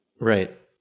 Right